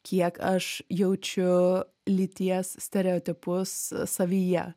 kiek aš jaučiu lyties stereotipus savyje